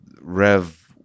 Rev